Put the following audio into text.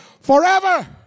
forever